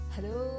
Hello